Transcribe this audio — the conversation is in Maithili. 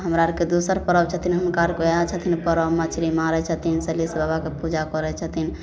हमरा आओरके दोसर परब छथिन हुनका आओरके वएह छथिन परब मछरी मारै छथिन सलहेस बाबाके पूजा करै छथिन